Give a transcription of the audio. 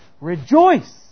rejoice